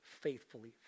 faithfully